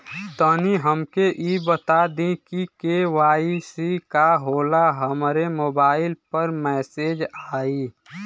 तनि हमके इ बता दीं की के.वाइ.सी का होला हमरे मोबाइल पर मैसेज आई?